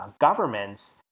governments